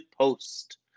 Post